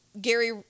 Gary